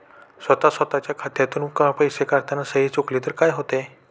स्वतः स्वतःच्या खात्यातून पैसे काढताना सही चुकली तर काय होते?